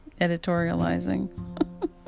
editorializing